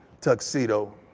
tuxedo